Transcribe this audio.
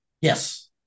Yes